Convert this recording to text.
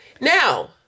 Now